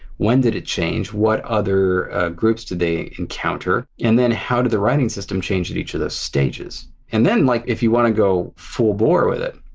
when did it change? what other groups did they encounter? and then how did the writing system change in each of those stages? and then like if you want to go full bore with it,